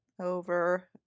over